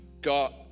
got